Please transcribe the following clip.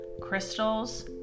crystals